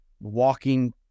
walking